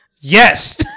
Yes